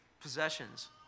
possessions